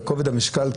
וכובד המשקל,